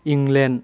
England